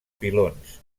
pilons